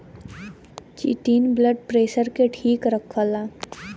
chitin blood pressure के ठीक रखला